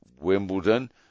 Wimbledon